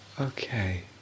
Okay